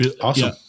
awesome